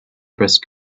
risk